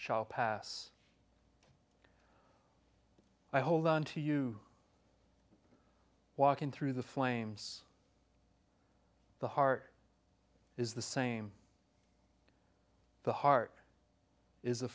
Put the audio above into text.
shall pass i hold on to you walking through the flames the heart is the same the heart is a